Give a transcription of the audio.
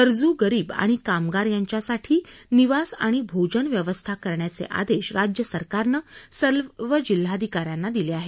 गरजू गरीब आणि कामगार यांच्यासाठी निवास आणि भोजन व्यवस्था करण्याचे आदेश राज्य सरकारनं सर्व जिल्हाधिकाऱ्यांना दिले आहेत